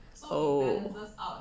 oh